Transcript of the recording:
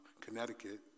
Connecticut